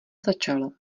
začalo